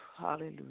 hallelujah